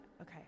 Okay